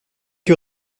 que